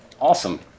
Awesome